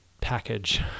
package